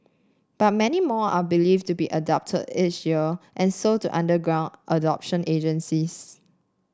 but many more are believed to be abducted each year and sold to underground adoption agencies